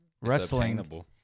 wrestling